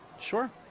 Sure